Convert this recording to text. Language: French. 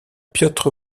piotr